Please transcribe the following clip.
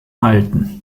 halten